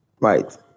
Right